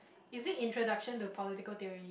is it introduction to political theory